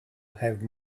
have